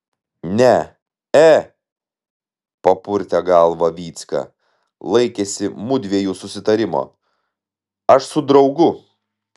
ne e papurtė galvą vycka laikėsi mudviejų susitarimo aš su draugu